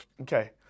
Okay